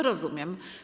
Rozumiem.